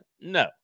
No